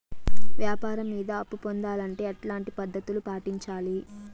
వ్యాపారం మీద అప్పు పొందాలంటే ఎట్లాంటి పద్ధతులు పాటించాలి?